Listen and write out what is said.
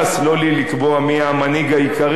ולא לי לקבוע מי המנהיג העיקרי,